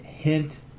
Hint